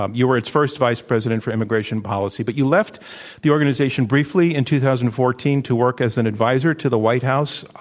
um you were its first vice president for immigration policy, but you left the organization briefly in two thousand and fourteen to work as an advisor to the white house.